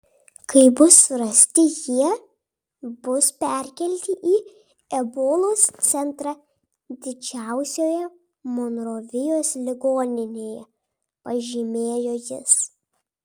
kai bus surasti jie bus perkelti į ebolos centrą didžiausioje monrovijos ligoninėje pažymėjo jis